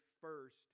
first